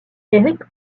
eric